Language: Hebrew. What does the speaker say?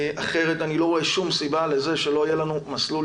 אחרת אני לא רואה שום סיבה לזה שלא יהיה לנו מסלול